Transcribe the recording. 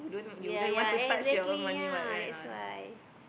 ya ya exactly ya that's why